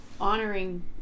honoring